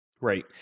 Right